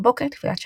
בבוקר תפילת שחרית,